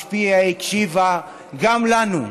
השפיעה,